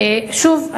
שוב,